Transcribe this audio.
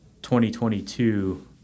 2022